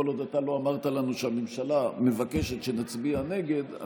כל עוד אתה לא אמרת לנו שהממשלה מבקשת שנצביע נגד,